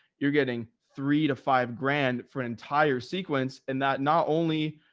you're getting three to five grand for an entire sequence. and that not only,